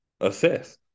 Assess